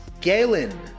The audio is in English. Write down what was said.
Galen